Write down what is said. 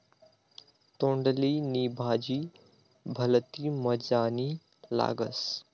तोंडली नी भाजी भलती मजानी लागस